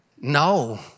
No